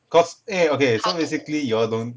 cause eh okay so basically you all don't